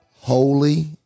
Holy